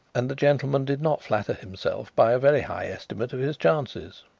and the gentleman did not flatter himself by a very high estimate of his chances.